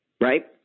Right